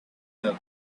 love